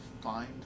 find